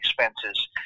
expenses